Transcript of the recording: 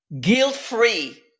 guilt-free